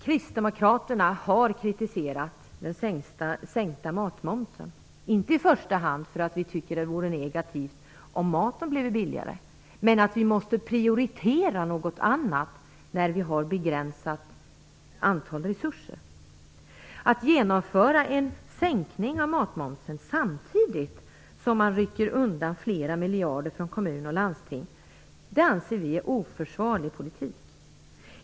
Kristdemokraterna har kritiserat den sänkta matmomsen, inte i första hand för att vi tycker att det vore negativt om maten bleve billigare utan för att vi måste prioritera något annat när vi har begränsade resurser. Att genomföra en sänkning av matmomsen samtidigt som man rycker undan flera miljarder från kommun och landsting anser vi är en oförsvarlig politik.